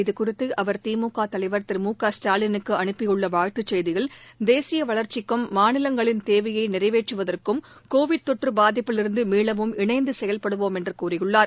இதுகுறித்து அவர் திமுக தலைவர் திரு மு க ஸ்டாலினுக்கு அனுப்பியுள்ள வாழ்த்துச் செய்தியில் தேசிய வளர்ச்சிக்கும் மாநிலங்களின் தேவையை நிறைவேற்றுவதற்கும் கோவிட் தொற்று பாதிப்பிலிருந்து மீளவும் இணைந்து செயல்படுவோம் என்று கூறியுள்ளார்